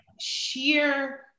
sheer